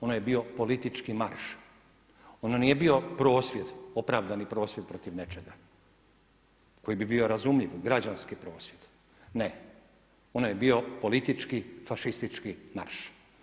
Ono je bio politički marš, ono nije bio prosvjed, opravdani prosvjed protiv nečega koji bi bio razumljiv, građanski prosvjed, ne, ono je bio politički fašistički marš.